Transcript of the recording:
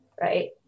right